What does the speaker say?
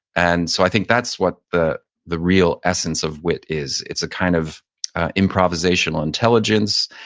and so i think that's what the the real essence of wit is. it's a kind of improvisational intelligence,